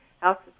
house